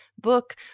book